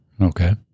Okay